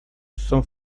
son